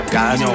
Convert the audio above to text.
God's